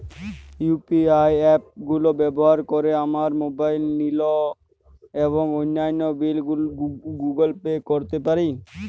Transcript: UPI app গুলো ব্যবহার করে আমরা মোবাইল নিল এবং অন্যান্য বিল গুলি পে করতে পারি